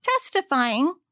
testifying